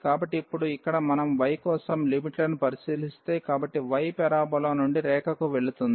కాబట్టి ఇప్పుడు ఇక్కడ మనం y కోసం లిమిట్లను పరిశీలిస్తే కాబట్టి y పరాబోలా నుండి రేఖకు వెళుతుంది